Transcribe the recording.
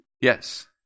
Yes